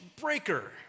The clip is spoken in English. breaker